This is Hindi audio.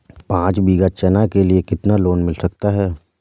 पाँच बीघा चना के लिए कितना लोन मिल सकता है?